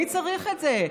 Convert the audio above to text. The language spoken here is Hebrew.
מי צריך את זה?